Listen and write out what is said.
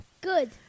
good